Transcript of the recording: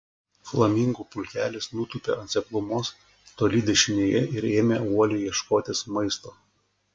flamingų pulkelis nutūpė ant seklumos toli dešinėje ir ėmė uoliai ieškotis maisto